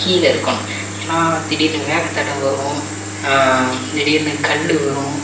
கீழே இருக்கணும் ஏன்னால் திடீர்னு வேகத்தடை வரும் திடீர்னு கல் வரும்